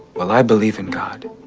well, i believe in god.